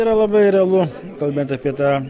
yra labai realu kalbėti apie tą